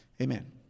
Amen